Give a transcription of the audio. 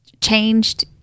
changed